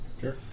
Sure